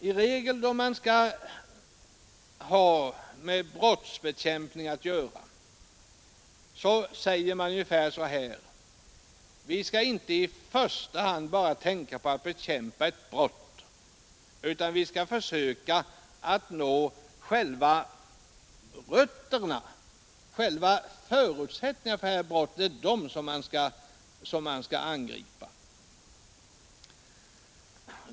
När det gäller brottsbekämpning säger man i regel ungefär så här: Vi skall inte i första hand bara tänka på att bekämpa ett brott utan vi skall försöka att nå va rötterna och angripa förutsättningarna för brottet.